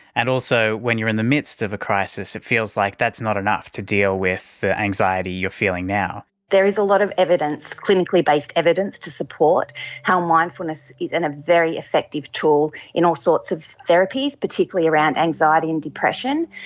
and also when you're in the midst of a crisis it feels like that's not enough to deal with the anxiety you're feeling now. there is a lot of clinically based evidence to support how mindfulness is a very effective tool in all sorts of therapies, particularly around anxiety and depression,